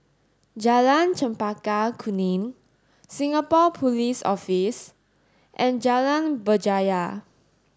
Jalan Chempaka Kuning Singapore Police Office and Jalan Berjaya